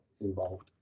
involved